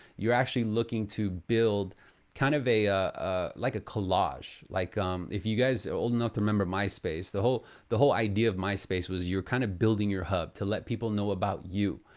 you're actually looking to build kind of a ah ah like collage. like if you guy's old enough to remember myspace, the whole the whole idea of myspace was you're kind of building your hub to let people know about you.